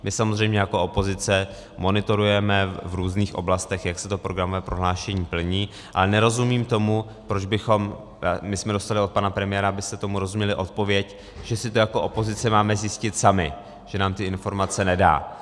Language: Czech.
My samozřejmě jako opozice monitorujeme v různých oblastech jak se programové prohlášení plní, ale nerozumím tomu my jsme dostali od pana premiéra, abyste tomu rozuměli, odpověď, že si to jako opozice máme zjistit sami, že nám ty informace nedá.